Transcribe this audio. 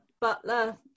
Butler